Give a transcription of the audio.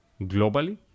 globally